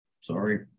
sorry